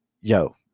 yo